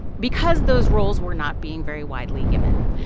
because those roles were not being very widely given.